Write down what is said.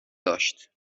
داشت